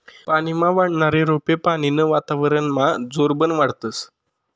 पानीमा वाढनारा रोपे पानीनं वातावरनमा जोरबन वाढतस